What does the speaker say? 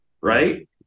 right